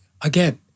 again